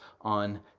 on